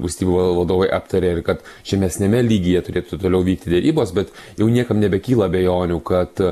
valstybių vadovai aptarė ir kad žemesniame lygyje turėtų toliau vykti derybos bet jau niekam nebekyla abejonių kad